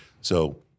So-